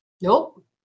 Nope